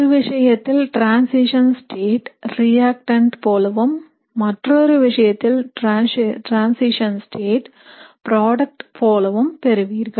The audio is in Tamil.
ஒரு விஷயத்தில் டிரன்சிஷன் ஸ்டேட் ரியாக்ட்டன்ட் போலவும் மற்றொரு விஷயத்தில் டிரன்சிஷன் ஸ்டேட் ப்ராடக்ட் போலவும் பெறுவீர்கள்